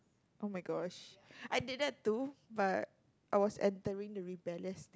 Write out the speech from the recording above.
oh-my-gosh I did that too but I was entering the rebellious